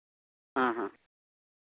ᱦᱮᱸ ᱦᱮᱸ